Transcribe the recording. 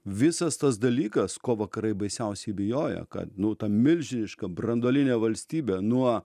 visas tas dalykas ko vakarai baisiausiai bijojo kad nu ta milžiniška branduolinė valstybė nuo